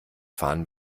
fahren